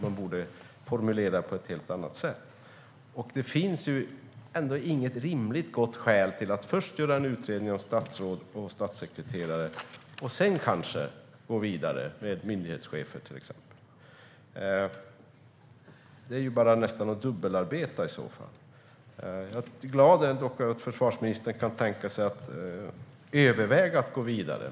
Man borde formulera detta på ett helt annat sätt. Det finns ändå inget rimligt gott skäl till att först göra en utredning av statsråd och statssekreterare och sedan kanske gå vidare med till exempel myndighetschefer. Det innebär nästan att man dubbelarbetar. Jag är dock glad över att försvarsministern kan tänka sig att överväga att gå vidare.